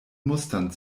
mustern